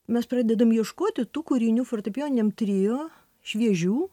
mes pradedam ieškoti tų kūrinių fortepijoniniam trio šviežių